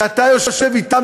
כשאתה יושב אתם,